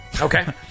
Okay